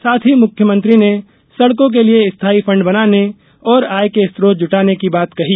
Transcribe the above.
साथ ही मुख्यमंत्री ने सड़कों के लिए स्थाई फंड बनाने और आय के स्रोत जुटाने की बात कही